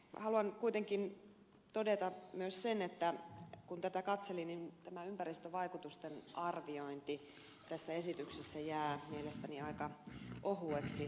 haluan kuitenkin todeta myös sen että kun tätä katselin niin tämä ympäristövaikutusten arviointi tässä esityksessä jää mielestäni aika ohueksi